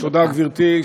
תודה, גברתי.